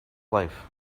life